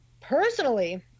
personally